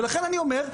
ולכן אני אומר,